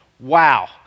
Wow